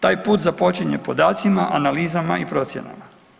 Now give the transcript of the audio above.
Taj put započinje podacima, analizama i procjenama.